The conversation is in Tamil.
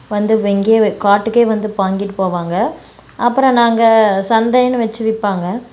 வந்து இங்கே காட்டுக்கே வந்து வாங்கிட்டு போவாங்க அப்புறம் நாங்கள் சந்தையிலும் வச்சு விற்பாங்க